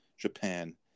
Japan